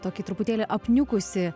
tokį truputėlį apniukusį